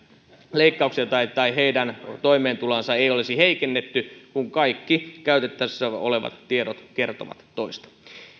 leikkauksia tai tai heidän toimeentuloansa ei olisi heikennetty kun kaikki käytettävissä olevat tiedot kertovat toista